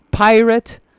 pirate